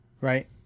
right